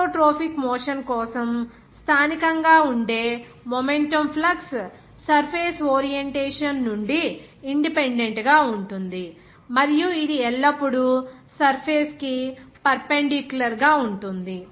isotropic motion కోసం స్థానికంగా ఉండే మొమెంటం ఫ్లక్స్ సర్ఫేస్ ఓరియెంటేషన్ నుండి ఇన్ డిపెండెంట్ గా ఉంటుంది మరియు ఇది ఎల్లప్పుడూ సర్ఫేస్ కి పర్పెండిక్యులర్ గా ఉంటుంది